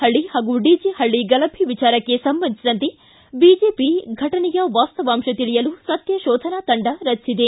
ಹಳ್ಳಿ ಹಾಗೂ ಡಿಜೆ ಹಳ್ಳಿ ಗಲಭೆ ವಿಚಾರಕ್ಕೆ ಸಂಬಂಧಿಸಿದಂತೆ ಬಿಜೆಪಿ ಘಟನೆಯ ವಾಸ್ತವಾಂತ ತಿಳಿಯಲು ಸತ್ಯ ಶೋಧನಾ ತಂಡ ರಚಿಸಿದೆ